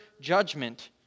judgment